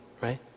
right